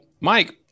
Mike